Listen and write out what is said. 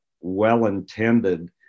well-intended